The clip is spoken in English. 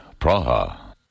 Praha